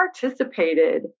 participated